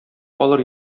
алыр